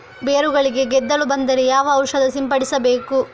ಬೇರುಗಳಿಗೆ ಗೆದ್ದಲು ಬಂದರೆ ಯಾವ ಔಷಧ ಸಿಂಪಡಿಸಬೇಕು?